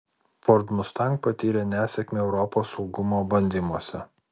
ford mustang patyrė nesėkmę europos saugumo bandymuose